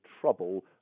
trouble